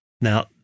Now